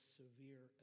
severe